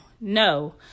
No